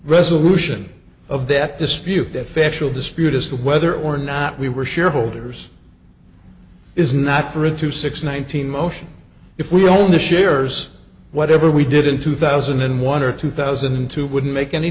resolution of that dispute that factual dispute as to whether or not we were shareholders is not for a two six nineteen motion if we hold the shares whatever we did in two thousand and one or two thousand and two wouldn't make any